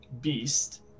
beast